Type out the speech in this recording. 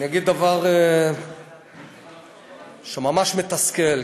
אני אגיד דבר שממש מתסכל,